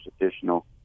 additional